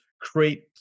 create